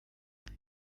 iyo